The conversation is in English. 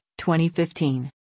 2015